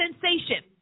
sensation